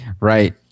Right